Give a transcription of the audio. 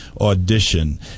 audition